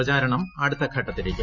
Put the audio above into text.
പ്രചാരണം അടുത്ത ഘട്ടത്തിലേക്ക്